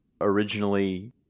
originally